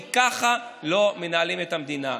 כי ככה לא מנהלים את המדינה.